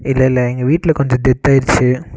இல்லை இல்லை எங்கள் வீட்டில் கொஞ்சம் டெத் ஆகிருச்சி